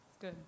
Good